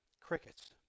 Crickets